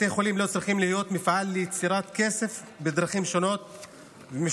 בתי חולים לא צריכים להיות מפעל ליצירת כסף בדרכים שונות ומשונות.